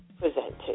presented